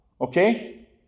Okay